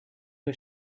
was